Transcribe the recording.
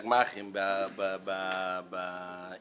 אם